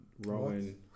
Rowan